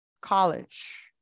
college